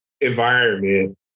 environment